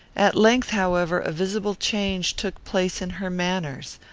at length, however, a visible change took place in her manners.